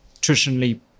traditionally